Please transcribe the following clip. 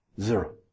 Zero